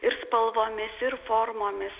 ir spalvomis ir formomis